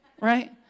right